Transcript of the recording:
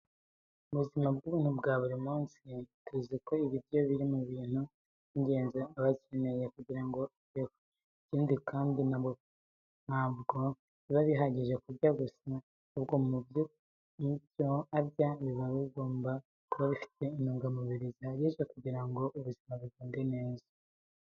Mu buzima bw'umuntu bwa buri munsi, tuzi ko ibiryo biri mu bintu by'ingenzi aba akeneye kugira ngo abeho. Ikindi kandi, ntabwo biba bihagije kurya gusa, ahubwo mu byo arya biba bigomba kuba bifite intungamubiri zihagije kugira ngo ubuzima bugende neza.